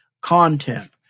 Content